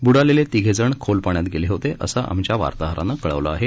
ब्डालेले तीघेजण खोल पाण्यात गेले होते असं आमच्या वार्ताहरानं कळवलं आहे